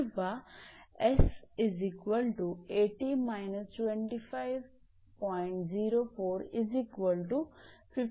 किंवा 𝑠80−25